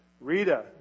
Rita